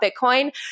Bitcoin